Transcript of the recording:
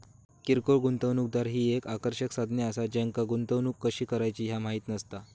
किरकोळ गुंतवणूकदार ही एक आकर्षक संज्ञा असा ज्यांका गुंतवणूक कशी करायची ह्या माहित नसता